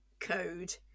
code